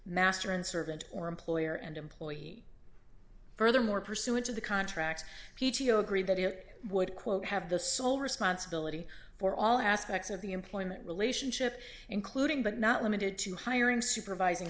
master and servant or employer and employee furthermore pursuant to the contract p t o agreed that it would quote have the sole responsibility for all aspects of the employment relationship including but not limited to hiring supervising